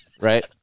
Right